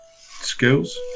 skills